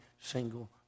single